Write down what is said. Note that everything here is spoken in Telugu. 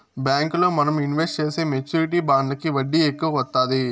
బ్యాంకుల్లో మనం ఇన్వెస్ట్ చేసే మెచ్యూరిటీ బాండ్లకి వడ్డీ ఎక్కువ వత్తాది